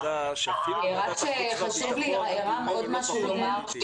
חשוב לי עוד משהו לומר.